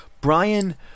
Brian